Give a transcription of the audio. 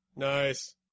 Nice